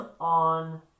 on